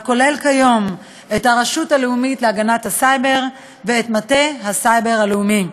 הכולל כיום את הרשות הלאומית להגנת הסייבר ואת מטה הסייבר הלאומי.